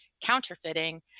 counterfeiting